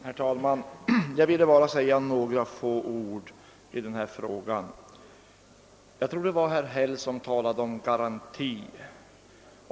Herr talman! Jag vill bara säga några få ord i den här frågan. Jag tror det var herr Häll som talade om garantier.